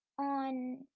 on